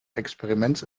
experiments